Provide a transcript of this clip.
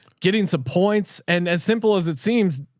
getting some points. and as simple as it seems,